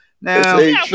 Now